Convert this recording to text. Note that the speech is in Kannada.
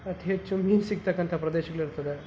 ಮತ್ತು ಹೆಚ್ಚು ಮೀನು ಸಿಕ್ತಕ್ಕಂಥ ಪ್ರದೇಶಗಳು ಇರ್ತದೆ